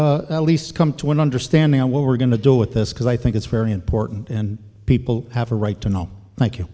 at least come to an understanding of what we're going to do with this because i think it's very important and people have a right to know